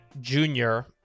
Junior